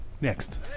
next